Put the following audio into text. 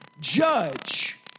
judge